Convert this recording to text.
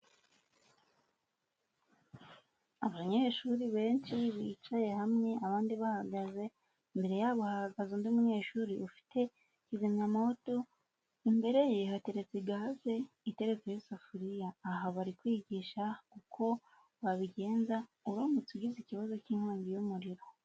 Abanyeshuri benshi bicaye hamwe abandi bahagaze, imbere yabo hahagaze undi munyeshuri ufite kizimyamwoto, imbere ye hateretse gaze iteretseho isafuriya, aha bari kwigisha uko wabigenza uramutse ugize ikibazo cy'inkongi y'umuriro.